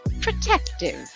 protective